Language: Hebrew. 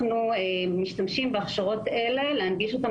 אנחנו משתמשים בהכשרות אלה להנגיש אותם